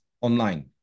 online